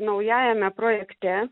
naujajame projekte